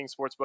Sportsbook